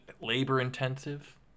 labor-intensive